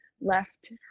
left